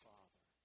Father